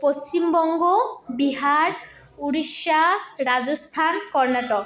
Paschim Banga Bihar Odisha Rajasthan Karnataka